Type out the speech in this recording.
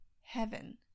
heaven